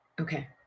Okay